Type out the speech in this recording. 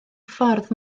ffordd